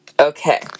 Okay